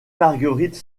marguerite